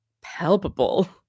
palpable